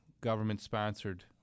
government-sponsored